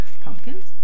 Pumpkins